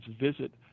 visit